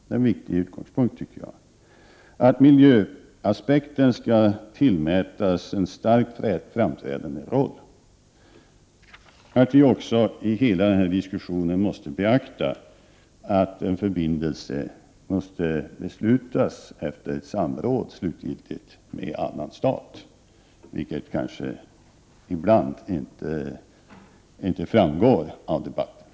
Det är en viktig utgångspunkt, tycker jag, liksom att miljöaspekten skall tillmätas en starkt framträdande roll och att vi i hela den här diskussionen måste beakta att beslutet om en förbindelse måste fattas efter ett slutgiltigt samråd med annan stat, vilket kanske ibland inte framgår av debatten.